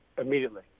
immediately